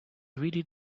really